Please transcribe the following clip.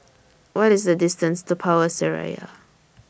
What IS The distance to Power Seraya